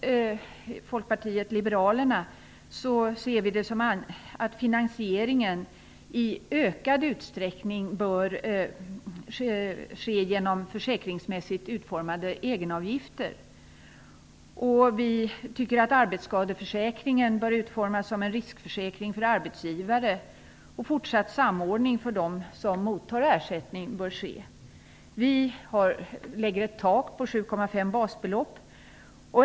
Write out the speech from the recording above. Vi i Folkpartiet liberalerna ser det som att finanseringen i ökad utsträckning bör ske genom försäkringsmässigt utformade egenavgifter. Vi tycker att arbetsskadeförsäkringen bör utformas som en riskförsäkring för arbetsgivare och att det bör ske en fortsatt samordning för dem som mottar ersättning. Vi lägger ett tak på 7,5 basbelopp.